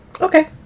Okay